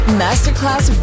masterclass